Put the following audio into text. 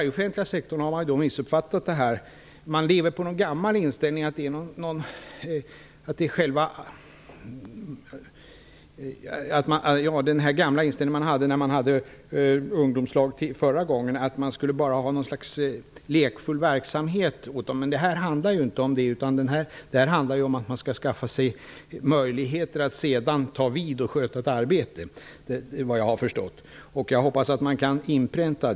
I den offentliga sektorn har man missuppfattat detta. Man har den gamla inställningen som man hade när det var ungdomslag förra gången, att det skulle vara något slags lekfull verksamhet. Men det här handlar ju inte om det, utan det handlar om att ungdomarna skall skaffa sig möjligheter att sedan ta över och sköta ett arbete, såvitt jag har förstått. Jag hoppas att detta kan inpräntas.